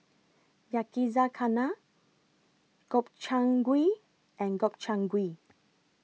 Yakizakana Gobchang Gui and Gobchang Gui